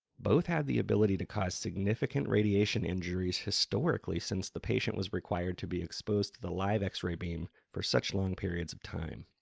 both had the ability to cause significant radiation injuries historically since the patient was required to be exposed to the live x-ray beam for such long periods of time.